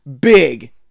big